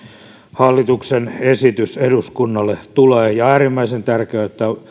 hallituksen esitys eduskunnalle tulee ja äärimmäisen tärkeää on että